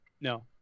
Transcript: No